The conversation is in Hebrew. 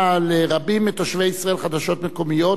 לרבים מתושבי ישראל חדשות מקומיות.